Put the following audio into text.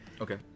Okay